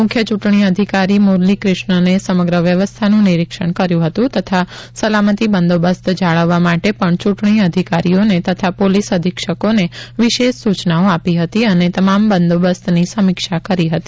મુખ્ય ચૂંટણી અધિકારી મુરલીકુષ્ણને સમગ્ર વ્યવસ્થાનું નીરિક્ષણ કર્યું હતું તથા સલામતિ બંદોબસ્ત જાળવવા માટે પણ ચૂંટણી અધિકારીઓને તથા પોલીસ અધિક્ષકોને વિશેષ સૂચનાઓ આપી અને તમામ બંદોબસ્તની સમીક્ષા કરી હતી